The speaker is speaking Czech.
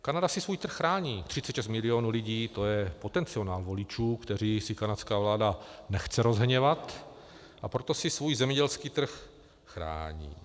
Kanada si svůj trh chrání, 36 milionů lidí, to je potenciál voličů, které si kanadská vláda nechce rozhněvat, a proto si svůj zemědělský trh chrání.